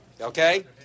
Okay